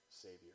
Savior